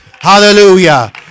Hallelujah